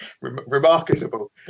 Remarkable